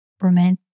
romantic